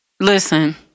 Listen